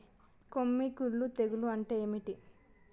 కొమ్మి కుల్లు తెగులు అంటే ఏంది?